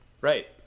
Right